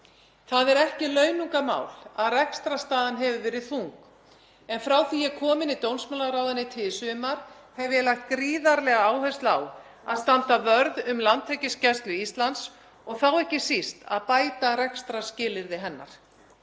Það er ekki launungarmál að rekstrarstaðan hefur verið þung en frá því að ég kom inn í dómsmálaráðuneyti í sumar hef ég lagt gríðarlega áherslu á að standa vörð um Landhelgisgæslu Íslands og þá ekki síst að bæta rekstrarskilyrði hennar.